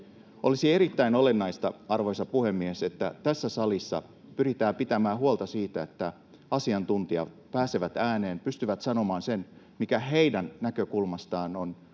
Olisi erittäin olennaista, arvoisa puhemies, että tässä salissa pyritään pitämään huolta siitä, että asiantuntijat pääsevät ääneen, pystyvät sanomaan sen, mikä heidän näkökulmastaan on